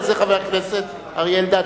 וזה חבר הכנסת אריה אלדד.